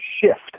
shift